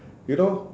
you know